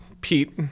pete